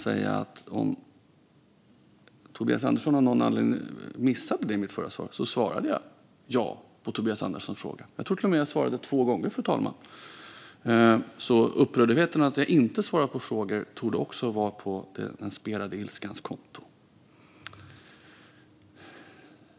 Om Tobias Andersson av någon anledning missade det i mitt förra inlägg svarade jag ja på Tobias Anderssons fråga. Jag tror att jag till och med svarade två gånger. Upprördheten över att jag inte svarar på frågor torde också vara på den spelade ilskans konto.